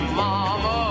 mama